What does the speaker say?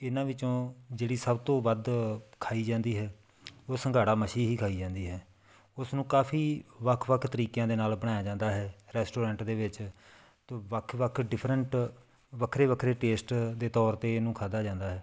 ਇਹਨਾਂ ਵਿੱਚੋਂ ਜਿਹੜੀ ਸਭ ਤੋਂ ਵੱਧ ਖਾਈ ਜਾਂਦੀ ਹੈ ਉਹ ਸੰਘਾੜਾ ਮੱਛੀ ਹੀ ਖਾਈ ਜਾਂਦੀ ਹੈ ਉਸਨੂੰ ਕਾਫ਼ੀ ਵੱਖ ਵੱਖ ਤਰੀਕਿਆਂ ਦੇ ਨਾਲ ਬਣਾਇਆ ਜਾਂਦਾ ਹੈ ਰੈਸਟੋਰੈਂਟ ਦੇ ਵਿੱਚ ਤੌ ਵੱਖ ਵੱਖ ਡਿਫਰੈਂਟ ਵੱਖਰੇ ਵੱਖਰੇ ਟੇਸਟ ਦੇ ਤੌਰ 'ਤੇ ਇਹਨੂੰ ਖਾਦਾ ਜਾਂਦਾ ਹੈ